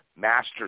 master